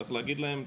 צריך להגיד להם,